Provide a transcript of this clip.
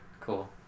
Cool